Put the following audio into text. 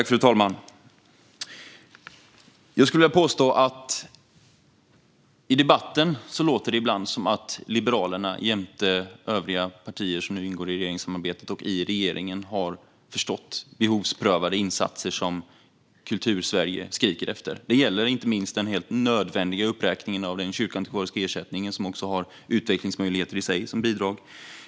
Fru talman! I debatten låter det ibland som att Liberalerna jämte övriga partier som ingår i regeringssamarbetet och regeringen inte har förstått de behovsprövade insatser som Kultursverige skriker efter. Det gäller inte minst den nödvändiga uppräkningen av den kyrkoantikvariska ersättningen, som också har utvecklingsmöjligheter i sig.